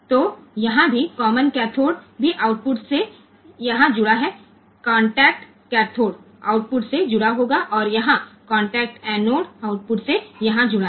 तो यहाँ भी कॉमनकैथोड भी आउटपुट से यहाँ जुड़ा है कॉन्टेक्ट कैथोड आउटपुट से जुड़ा होगा और यहाँ कॉन्टेक्ट एनोड आउटपुट से यहाँ जुड़ा है